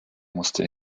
musste